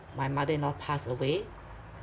my mother in-law passed away